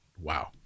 Wow